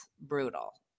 brutal